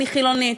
אני חילונית.